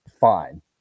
fine